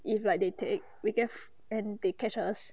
if like they take we gave and they cashless